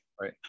right